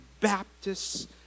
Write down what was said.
baptists